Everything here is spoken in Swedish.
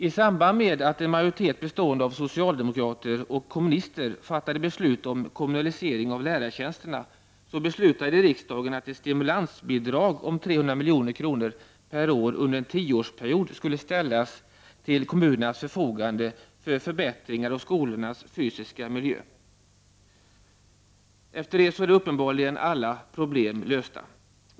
I samband med att en majoritet bestående av socialdemokrater och kommunister fattade beslut om kommunalisering av lärartjänsterna beslutade riksdagen att ett stimulansbidrag om 300 milj.kr. per år under en tioårsperiod skulle ställas till kommunernas förfogande för förbättringar av skolornas fysiska miljö. Efter detta är uppenbarligen alla problem lösta.